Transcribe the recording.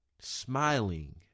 smiling